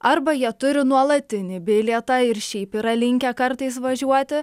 arba jie turi nuolatinį bilietą ir šiaip yra linkę kartais važiuoti